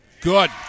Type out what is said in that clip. Good